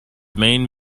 main